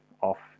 off